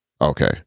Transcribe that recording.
Okay